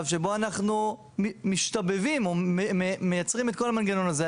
שבו אנחנו מייצרים את כל המנגנון הזה.